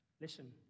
Listen